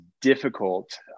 difficult